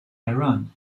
iran